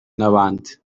n’abandi